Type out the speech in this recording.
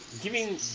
Giving